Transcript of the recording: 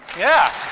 yeah.